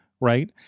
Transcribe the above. right